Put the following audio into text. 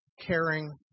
caring